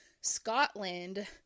Scotland